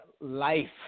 life